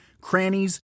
crannies